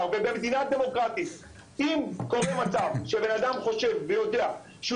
ובמדינה דמוקרטית אם קורה מצב שבן אדם חושב ויודע שהוא